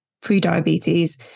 pre-diabetes